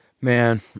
man